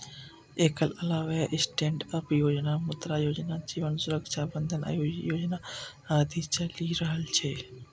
एकर अलावे स्टैंडअप योजना, मुद्रा योजना, जीवन सुरक्षा बंधन योजना आदि चलि रहल छै